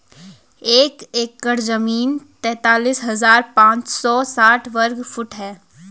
एक एकड़ जमीन तैंतालीस हजार पांच सौ साठ वर्ग फुट है